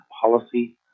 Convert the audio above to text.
policy